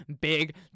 big